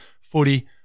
footy